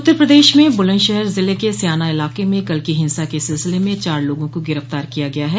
उत्तर प्रदेश में बुलंदशहर जिले के स्याना इलाके में कल की हिंसा के सिलसिले में चार लोगों को गिरफ्तार किया गया है